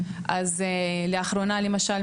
אז לאחרונה למשל,